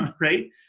right